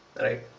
right